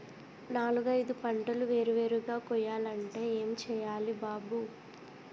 నాలుగైదు పంటలు వేరు వేరుగా కొయ్యాలంటే ఏం చెయ్యాలి బాబూ